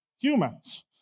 humans